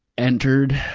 entered,